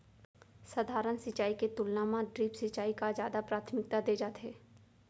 सधारन सिंचाई के तुलना मा ड्रिप सिंचाई का जादा प्राथमिकता दे जाथे